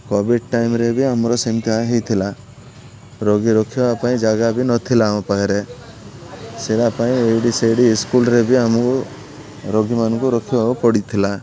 Covid ଟାଇମ୍ରେ ବି ଆମର ସେମିତି ହୋଇଥିଲା ରୋଗୀ ରଖିବା ପାଇଁ ଜାଗା ବି ନଥିଲା ଆମ ପାଖରେ ସେୟା ପାଇଁ ଏଇଠି ସେଇଠି ସ୍କୁଲ୍ରେ ବି ଆମକୁ ରୋଗୀମାନଙ୍କୁ ରଖିବାକୁ ପଡ଼ିଥିଲା